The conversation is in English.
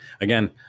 again